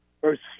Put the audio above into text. First